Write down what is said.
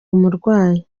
umurwayi